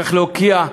צריך להוקיע,